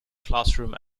classroom